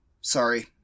Sorry